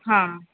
हां